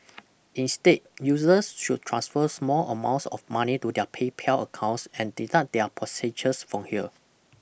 instead users should transfer small amounts of money to their PayPal accounts and deduct their purchases from here